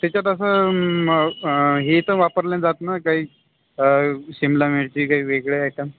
त्याच्यात असं म हे तर वापरलं जात ना काही सिमला मिरची काही वेगळे अॅटम